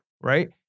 right